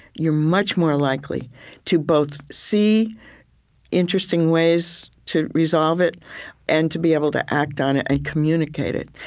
you're much more likely to both see interesting ways to resolve it and to be able to act on it and communicate it.